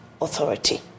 Authority